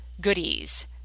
goodies